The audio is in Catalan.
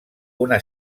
una